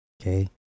Okay